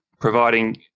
Providing